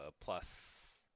plus